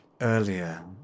earlier